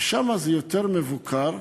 ושם זה יותר מבוקר.